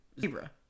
Zebra